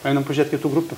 einam pažiūrėt kitų grupių